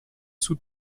sous